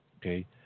Okay